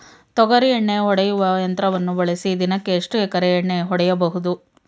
ತೊಗರಿ ಎಣ್ಣೆ ಹೊಡೆಯುವ ಯಂತ್ರವನ್ನು ಬಳಸಿ ದಿನಕ್ಕೆ ಎಷ್ಟು ಎಕರೆ ಎಣ್ಣೆ ಹೊಡೆಯಬಹುದು?